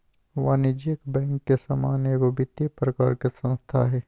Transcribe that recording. वाणिज्यिक बैंक के समान एगो वित्तिय प्रकार के संस्था हइ